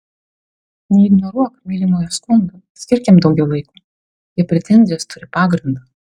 neignoruok mylimojo skundų skirk jam daugiau laiko jo pretenzijos turi pagrindo